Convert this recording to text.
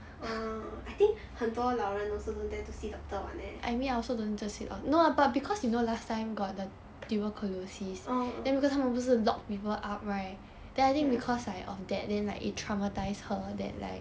orh I think 很多老人 also don't dare to see doctor [one] eh orh ya